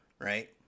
right